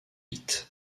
bits